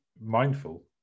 mindful